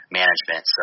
management